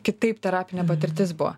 kitaip terapinė patirtis buvo